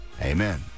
Amen